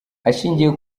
ashingiye